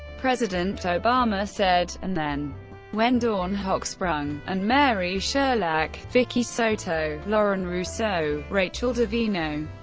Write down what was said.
president obama said and then when dawn hochsprung, and mary sherlach, vicki soto, lauren rousseau, rachel d'avino,